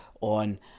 on